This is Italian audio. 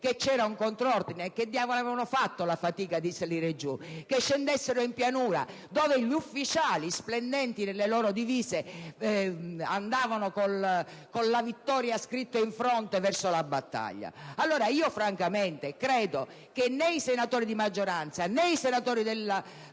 che c'era un contrordine: per che diavolo di motivo avevano fatto la fatica di salire su? Che scendessero in pianura, dove gli ufficiali, splendenti nelle loro divise, andavano con la vittoria scritta in fronte verso la battaglia. Francamente, credo che né i senatori della maggioranza, né i senatori